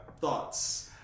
thoughts